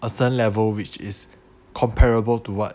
a certain level which is comparable to what